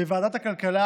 בוועדת הכלכלה,